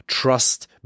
Trust